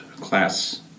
class